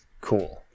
cool